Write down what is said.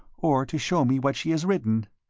or to show me what she has written.